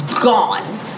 gone